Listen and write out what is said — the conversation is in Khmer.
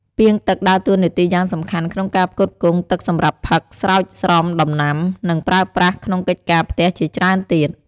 ពាងទឹក ដើរតួនាទីយ៉ាងសំខាន់ក្នុងការផ្គត់ផ្គង់ទឹកសម្រាប់ផឹក ស្រោចស្រពដំណាំ និងប្រើប្រាស់ក្នុងកិច្ចការផ្ទះជាច្រើនទៀត។